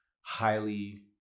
highly